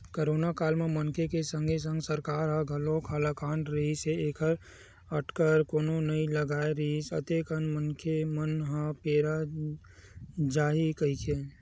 करोनो काल म मनखे के संगे संग सरकार ह घलोक हलाकान रिहिस हे ऐखर अटकर कोनो नइ लगाय रिहिस अतेक मनखे मन ह पेरा जाही कहिके